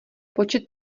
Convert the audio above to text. počet